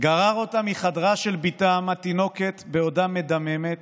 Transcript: גרר אותה מחדרה של בתם התינוקת בעודה מדממת